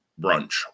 brunch